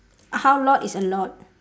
how lot is a lot